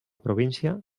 província